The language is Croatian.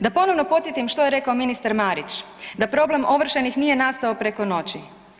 Da ponovno podsjetim što je rekao ministar Marić, da problem ovršenih nije nastao preko noći.